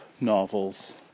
novels